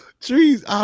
trees